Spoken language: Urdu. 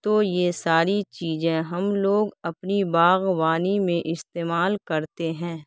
تو یہ ساری چیزیں ہم لوگ اپنی باغبانی میں استعمال کرتے ہیں